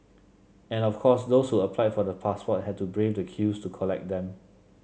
and of course those who applied for the passport had to brave the queues to collect them